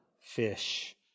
fish